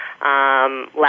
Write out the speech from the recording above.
last